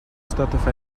штатов